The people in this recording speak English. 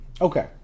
Okay